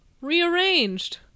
Rearranged